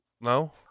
No